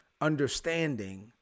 understanding